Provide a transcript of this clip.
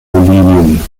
bolivien